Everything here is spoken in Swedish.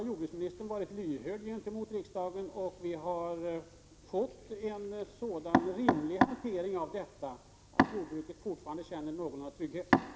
Jordbruksministern har varit lyhörd gentemot riksdagen, och vi har fått en rimlig hantering av det hela, så att jordbrukarna fortfarande känner någorlunda trygghet.